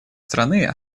страны